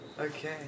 Okay